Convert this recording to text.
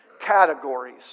categories